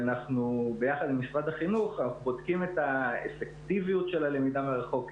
יחד עם משרד החינוך אנחנו בודקים את האפקטיביות של הלמידה מרחוק,